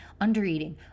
Undereating